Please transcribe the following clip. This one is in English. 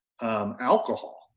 alcohol